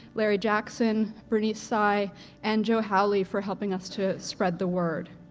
larry jackson, bernice tsai and joe howley for helping us to spread the word.